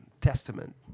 Testament